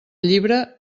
llibre